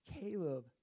Caleb